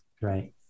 Right